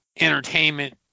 entertainment